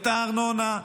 את הארנונה,